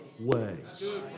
ways